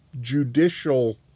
judicial